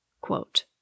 Quote